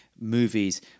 movies